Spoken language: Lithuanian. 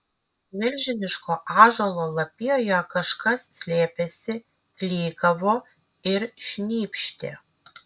milžiniško ąžuolo lapijoje kažkas slėpėsi klykavo ir šnypštė